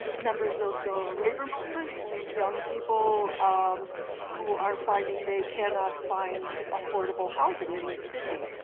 members of the labor movement. young people um who are finding they cannot find affordabe ah housing in this city.